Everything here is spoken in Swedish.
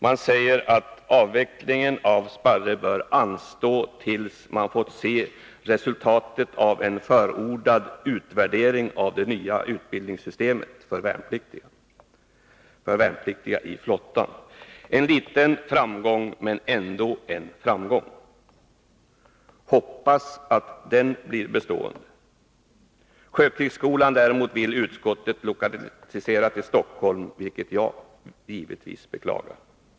Man säger att avvecklingen av Sparre bör anstå tills man fått se resultat av en förordad utvärdering av det nya utbildningssystemet för värnpliktiga i flottan. En liten framgång men ändå en framgång — hoppas att den blir bestående. Sjökrigsskolan däremot vill utskottet lokalisera till Stockholm, vilket jag givetvis beklagar.